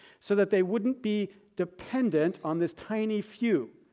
so that they wouldn't be dependent on this tiny few,